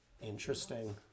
Interesting